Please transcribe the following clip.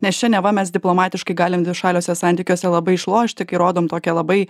nes čia neva mes diplomatiškai galim dvišaliuose santykiuose labai išlošti kai rodom tokią labai